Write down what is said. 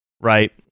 right